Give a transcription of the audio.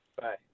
bye